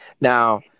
Now